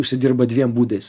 užsidirba dviem būdais